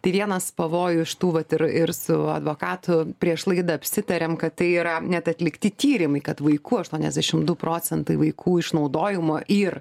tai vienas pavojų iš tų vat ir ir su advokatu prieš laidą apsitarėm kad tai yra net atlikti tyrimai kad vaikų aštuoniasdešim du procentai vaikų išnaudojimo ir